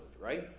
right